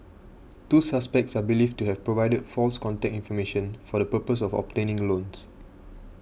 two suspects are believed to have provided false contact information for the purpose of obtaining loans